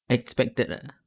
expected ah